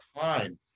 time